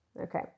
Okay